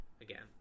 again